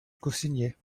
cosigné